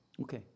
Okay